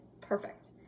perfect